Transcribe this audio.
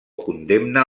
condemna